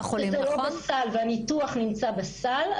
צריך לזכור שכל עוד זה לא בסל והניתוח נמצא בסל,